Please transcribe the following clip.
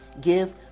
give